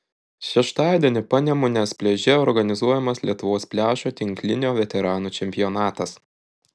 šeštadienį panemunės pliaže organizuojamas lietuvos pliažo tinklinio veteranų čempionatas